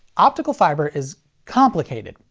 optical fiber is complicated.